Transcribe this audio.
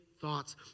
thoughts